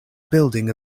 building